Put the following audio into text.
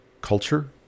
culture